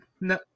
no